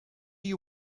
you